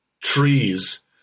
trees